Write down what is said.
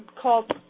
called